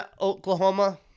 Oklahoma